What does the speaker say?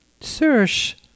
search